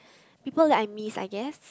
people like I miss I guess